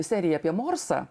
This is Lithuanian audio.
serija apie morsą